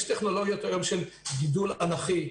יש היום טכנולוגיות של גידול אנכי,